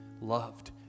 loved